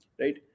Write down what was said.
right